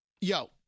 yo